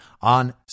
on